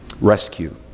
rescue